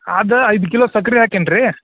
ಅದು ಐದು ಕಿಲೋ ಸಕ್ರೆ ಹಾಕಿನಿ ರೀ